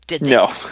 no